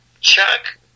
Chuck